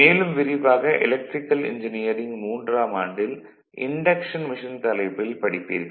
மேலும் விரிவாக electrical engineering மூன்றாம் ஆண்டில் இன்டக்ஷன் மெஷின் தலைப்பில் படிப்பீர்கள்